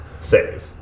save